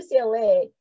UCLA